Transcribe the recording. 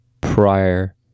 prior